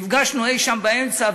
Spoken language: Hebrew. נפגשנו אי-שם באמצע,